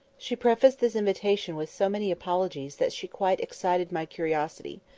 she prefaced this invitation with so many apologies that she quite excited my curiosity.